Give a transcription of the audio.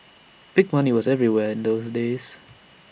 big money was everywhere in those days